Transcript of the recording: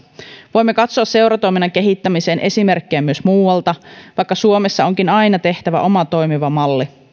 voimme katsoa seuratoiminnan kehittämiseen esimerkkejä myös muualta vaikka suomessa onkin aina tehtävä oma toimiva malli